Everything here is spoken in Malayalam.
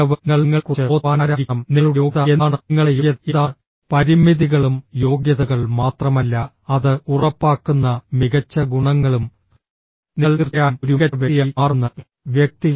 മികവ് നിങ്ങൾ നിങ്ങളെക്കുറിച്ച് ബോധവാന്മാരായിരിക്കണം നിങ്ങളുടെ യോഗ്യത എന്താണ് നിങ്ങളുടെ യോഗ്യത എന്താണ് പരിമിതികളും യോഗ്യതകൾ മാത്രമല്ല അത് ഉറപ്പാക്കുന്ന മികച്ച ഗുണങ്ങളും നിങ്ങൾ തീർച്ചയായും ഒരു മികച്ച വ്യക്തിയായി മാറുമെന്ന് വ്യക്തി